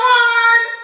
one